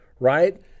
Right